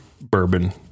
bourbon